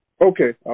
okay